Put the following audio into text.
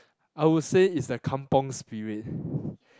I would say is the kampung-spirit